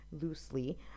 loosely